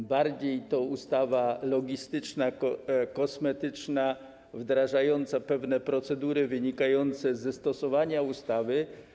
To bardziej ustawa logistyczna, kosmetyczna, wdrażająca pewne procedury wynikające ze stosowania ustawy.